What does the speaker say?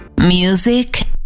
Music